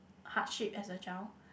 hardship as a child